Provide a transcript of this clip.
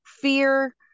fear